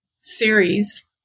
series